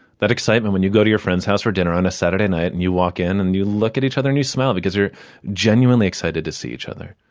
that excitement when you go to your friend's house for dinner on a saturday night and you walk in, and you look at each other and you smile, because they're genuinely excited to see each other.